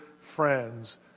friends